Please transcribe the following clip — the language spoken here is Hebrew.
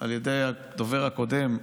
על ידי הדובר הקודם,